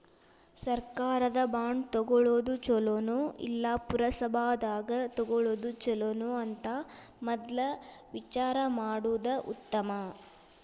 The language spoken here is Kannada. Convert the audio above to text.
ಸರ್ಕಾರದ ಬಾಂಡ ತುಗೊಳುದ ಚುಲೊನೊ, ಇಲ್ಲಾ ಪುರಸಭಾದಾಗ ತಗೊಳೊದ ಚುಲೊನೊ ಅಂತ ಮದ್ಲ ವಿಚಾರಾ ಮಾಡುದ ಉತ್ತಮಾ